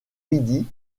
midi